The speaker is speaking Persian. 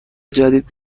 جدید